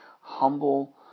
humble